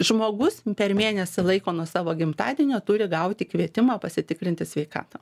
žmogus per mėnesį laiko nuo savo gimtadienio turi gauti kvietimą pasitikrinti sveikatą